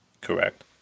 Correct